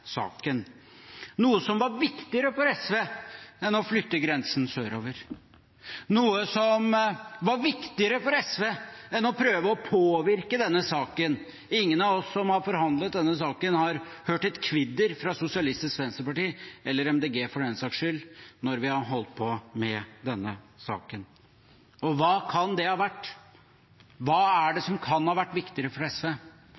saken – noe som var viktigere for SV enn å flytte grensen sørover, noe som var viktigere for SV enn å prøve å påvirke denne saken. Ingen av oss som har forhandlet denne saken, har hørt et kvidder fra Sosialistisk Venstreparti, eller MDG for den saks skyld, når vi har holdt på med denne saken. Hva kan det ha vært? Hva er det